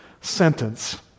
sentence